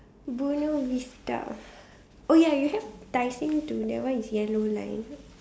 Buona-Vista oh ya you have Tai Seng to that one is yellow line